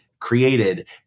created